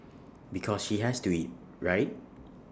because she has to eat right